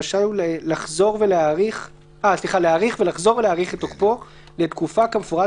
-- רשאי הוא להאריך ולחזור ולהאריך את תוקפו לתקופה כמפורט